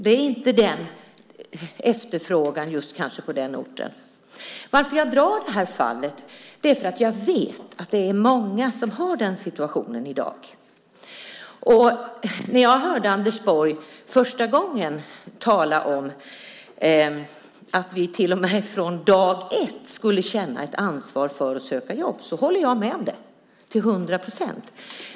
Det är kanske inte någon efterfrågan på just den orten. Anledningen till att jag drar det fallet är att jag vet att många i dag är i den situationen. Redan första gången jag hörde Anders Borg tala om att vi till och med från dag 1 ska känna ett ansvar för att söka jobb höll jag med om det, till hundra procent.